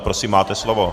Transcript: Prosím, máte slovo.